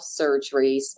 surgeries